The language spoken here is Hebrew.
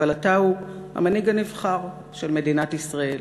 אבל אתה המנהיג הנבחר של מדינת ישראל.